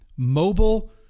mobile